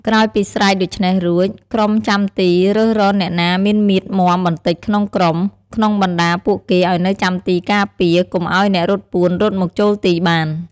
ក្រោយពីស្រែកដូច្នេះរួច ក្រុមចាំទីរើសរកអ្នកណាមានមាឌមាំបន្តិចក្នុងក្រុម ក្នុងបណ្តាពួកគេឱ្យនៅចាំទីការពារ កុំឱ្យអ្នករត់ពួនរត់មកចូលទីបាន។